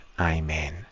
Amen